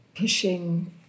pushing